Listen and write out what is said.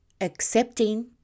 Accepting